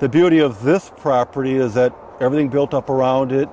the beauty of this property is that everything built up around it